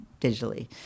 digitally